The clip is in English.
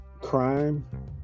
crime